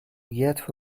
get